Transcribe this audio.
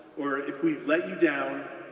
or if we've let you down,